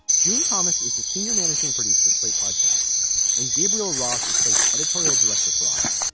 june thomas is the senior managing producer of slate podcasts and gabriel roth is slate's editorial director for audio.